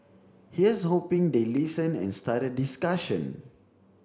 here's hoping they listen and start a discussion